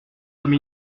comme